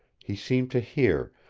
he seemed to hear,